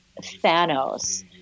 Thanos